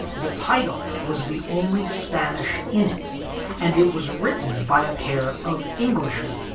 the title was the only spanish in it and it was written by a pair of englishman,